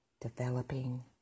developing